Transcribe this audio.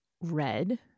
red